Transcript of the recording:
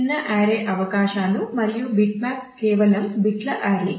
చిన్న అర్రే అవకాశాలు మరియు బిట్మ్యాప్ కేవలం బిట్ల అర్రే